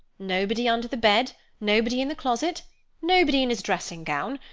nobody under the bed nobody in the closet nobody in his dressing-gown,